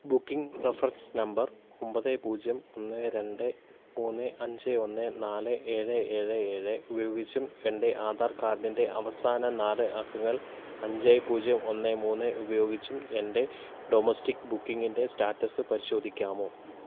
booking reference number ഒമ്പത് പൂജ്യം ഒന്ന് രണ്ട് മൂന്ന് അഞ്ച് ഒന്ന് നാല് ഏഴ് ഏഴ് ഏഴ് ഉപയോഗിച്ചും എൻ്റെ ആധാർ കാർഡിൻ്റെ അവസാന നാല് അക്കങ്ങൾ അഞ്ച് പൂജ്യം ഒന്ന് മൂന്ന് ഉപയോഗിച്ചും എൻ്റെ ഡൊമസ്റ്റിക് ബുക്കിംഗിൻ്റെ സ്റ്റാറ്റസ് പരിശോധിക്കാമോ